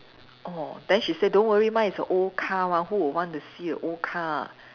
orh then she say don't worry mine is a old car one who would want to see a old car